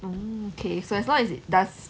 um okay so as long as it does